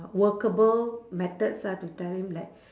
workable methods ah to tell him like